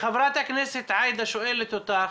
חברת הכנסת עאידה שואלת אותך,